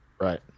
Right